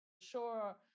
sure